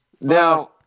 Now